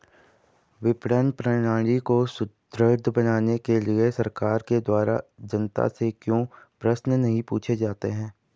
विपणन प्रणाली को सुदृढ़ बनाने के लिए सरकार के द्वारा जनता से क्यों प्रश्न नहीं पूछे जाते हैं?